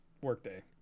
workday